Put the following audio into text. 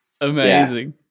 Amazing